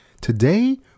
Today